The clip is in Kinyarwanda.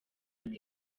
afata